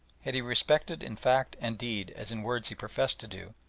had he respected in fact and deed as in words he professed to do,